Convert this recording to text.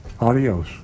adios